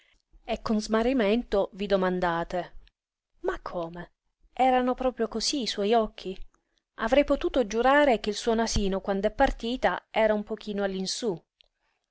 e con smarrimento vi domandate ma come erano proprio cosí i suoi occhi avrei potuto giurare che il suo nasino quand'è partita era un pochino